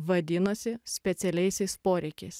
vadinosi specialiaisiais poreikiais